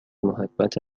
محبت